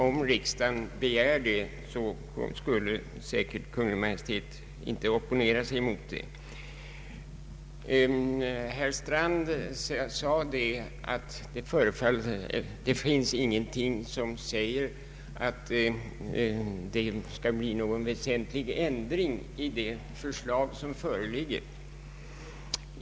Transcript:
Om riksdagen begär ett sådant återtagande, skulle Kungl. Maj:t säkert inte opponera sig. Herr Strand framhöll att det inte finns någonting som säger att det skall bli någon väsentlig ändring i det förslag som föreligger.